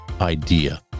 idea